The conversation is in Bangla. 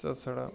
তাছাড়া